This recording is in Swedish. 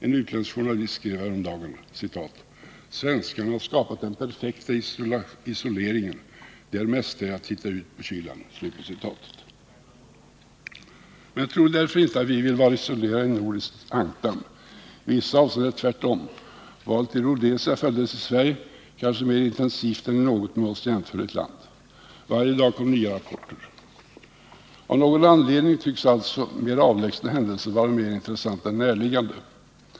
En utländsk journalist skrev häromdagen: ”Svenskarna har skapat den perfekta isoleringen. De är mästare i att titta ut på kylan.” Men tro därför icke att vi vill vara isolerade i en nordisk ankdamm. I vissa avseenden är det tvärtom. Valet i Rhodesia följdes i Sverige kanske mer intensivt än i något med oss jämförligt land. Varje dag kom nya rapporter. Av någon anledning tycks alltså mer avlägsna händelser vara mer intressanta än närliggande.